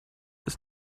ist